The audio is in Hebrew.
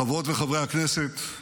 חברות וחברי כנסת,